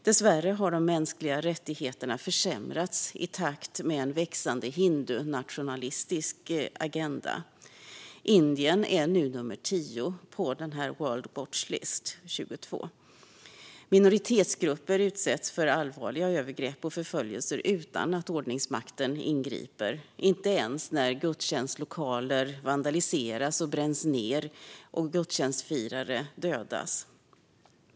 Dessvärre har de mänskliga rättigheterna försämrats i takt med en växande hindunationalistisk agenda, och Indien ligger nu på plats nummer tio i World Watch List 2022 . Minoritetsgrupper utsätts för allvarliga övergrepp och förföljelser utan att ordningsmakten ingriper ens när gudstjänstlokaler vandaliseras och bränns ned och gudstjänstfirare dödas.